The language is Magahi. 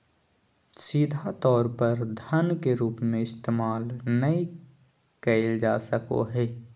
सीधा तौर पर धन के रूप में इस्तेमाल नय कइल जा सको हइ